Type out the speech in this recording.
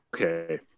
Okay